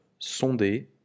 sonder